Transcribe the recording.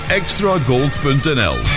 extragold.nl